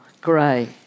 grey